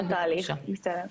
בבקשה.